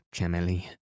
Emily